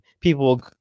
people